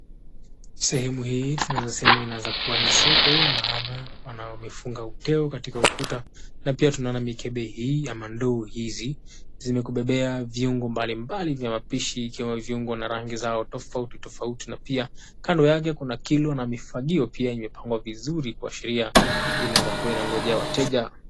Sehemu hii tunaweza kusema inaweza kuwa ni soko, maana wanao wamefunga uteo katika ukuta, na pia tunaona mikebe au ndoo hizi zimebeba viungo mbalimbali vya wapishi, vyenye rangi tofauti tofauti. Kando yake kuna kilo na mifagio ambayo imepangwa vizuri, kuashiria kuwa inangoja wateja.